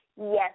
Yes